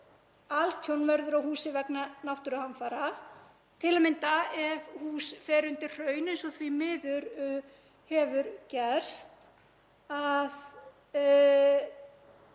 altjón verður á húsi vegna náttúruhamfara, til að mynda ef hús fer undir hraun eins og því miður hefur gerst,